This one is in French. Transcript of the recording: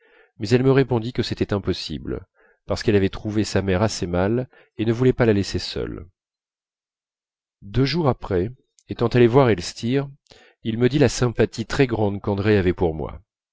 mais elle me répondit que c'était impossible parce qu'elle avait trouvé sa mère assez mal et ne voulait pas la laisser seule deux jours après étant allé voir elstir il me dit la sympathie très grande qu'andrée avait pour moi